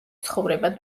ცხოვრება